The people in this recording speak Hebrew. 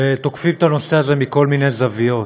ותוקפים את הנושא הזה מכל מיני זוויות,